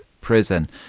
prison